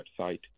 website